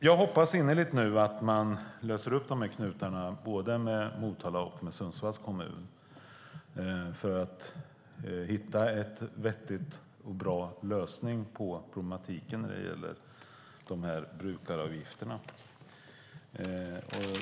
Jag hoppas nu innerligt att man löser upp knutarna, med både Motalas och Sundsvalls kommun, för att hitta en vettig och bra lösning på problematiken när det gäller brukaravgifterna.